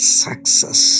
success